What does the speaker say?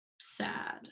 sad